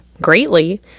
Greatly